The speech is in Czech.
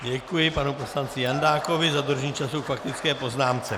Děkuji panu poslanci Jandákovi za dodržení času k faktické poznámce.